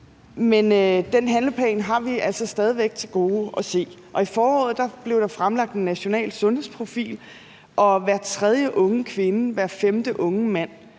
og den handleplan har vi altså stadig væk til gode at se. I foråret blev der fremlagt en national sundhedsprofil, som viser, at hver tredje unge kvinde og hver femte unge mand